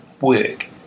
work